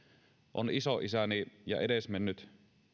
on isoisäni ja edesmennyt